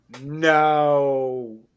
no